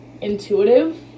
intuitive